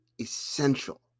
essential